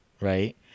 right